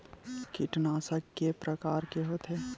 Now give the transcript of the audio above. कीटनाशक के प्रकार के होथे?